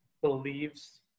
believes